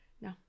No